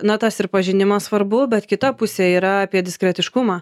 na tas ir pažinimas svarbu bet kita pusė yra apie diskretiškumą